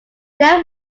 then